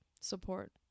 support